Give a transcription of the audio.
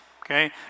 okay